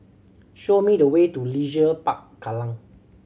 show me the way to Leisure Park Kallang